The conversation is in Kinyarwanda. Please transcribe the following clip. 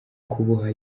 kuboha